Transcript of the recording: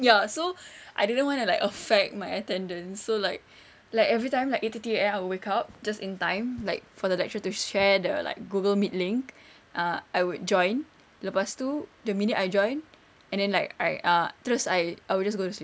ya so I didn't want to like affect my attendance so like like every time like eight thirty A_M I will wake up just in time like for the lecturer to share the like google meet link ah I would join lepastu the minute I join and then like right ah terus I I would just go to sleep